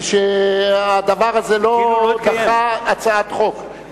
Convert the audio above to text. הוא שהדבר הזה לא דחה הצעת חוק,